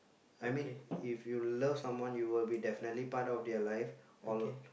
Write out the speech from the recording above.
I mean if you love someone you will be definitely part of their life all